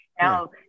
now